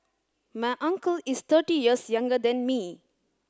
my uncle is thirty years younger than me